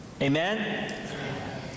Amen